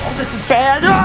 this is bad!